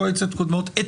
את